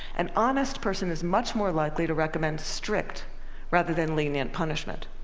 an honest person is much more likely to recommend strict rather than lenient punishment.